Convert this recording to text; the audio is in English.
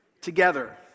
together